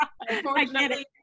unfortunately